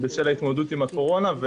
להתמודדות עם הקורונה.